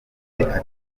rwiza